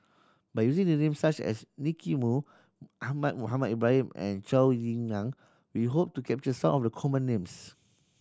by using name such as Nicky Moey Ahmad Mohamed Ibrahim and Zhou Ying Nan we hope to capture some of the common names